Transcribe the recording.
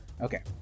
Okay